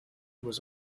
was